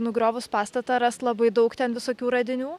nugriovus pastatą rast labai daug ten visokių radinių